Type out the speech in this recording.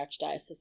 Archdiocese